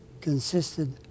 consisted